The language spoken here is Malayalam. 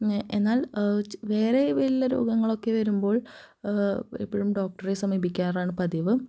എന്നാല് വേറെ വലിയ രോഗങ്ങളൊക്കെ വരുമ്പോള് എപ്പോഴും ഡോക്ടറെ സമീപിക്കാറാണ് പതിവ്